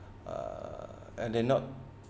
uh and they're not